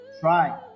Try